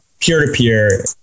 peer-to-peer